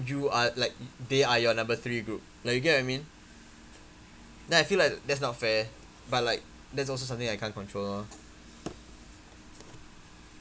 you are like they are your number three group like you get what I mean then I feel like that's not fair but like that's also something I can't control lor